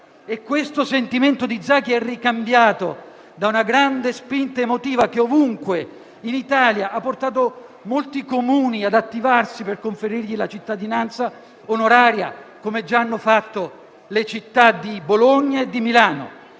questo sentimento di Zaki è ricambiato da una grande spinta emotiva che ovunque in Italia ha portato molti Comuni ad attivarsi per conferirgli la cittadinanza onoraria, come già hanno fatto le città di Bologna e di Milano;